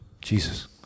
Jesus